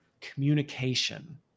communication